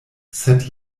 sed